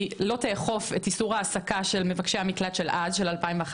לא תאכוף את איסור ההעסקה של מבקשי המקלט של 2011,